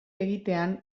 egitean